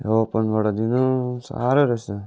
अब ओपनबाट दिनु साह्रो रहेछ